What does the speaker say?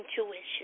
intuition